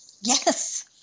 Yes